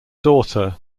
daughter